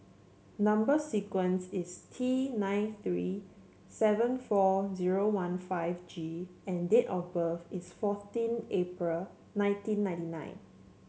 number sequence is T nine three seven four zero one five G and date of birth is fourteen April nineteen ninety nine